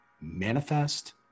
manifest